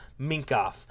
Minkoff